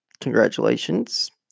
congratulations